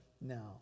now